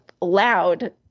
loud